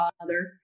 father